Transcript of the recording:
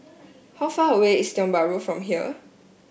how far away is Tiong Bahru from here